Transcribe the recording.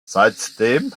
seitdem